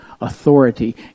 authority